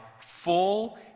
full